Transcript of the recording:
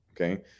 okay